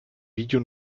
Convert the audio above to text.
video